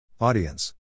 Audience